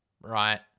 right